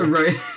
right